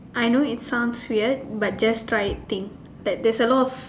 I know it sounds weird but just try it think but there's a lot of